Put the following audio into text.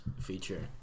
feature